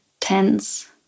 tense